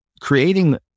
creating